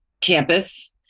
campus